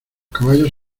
caballos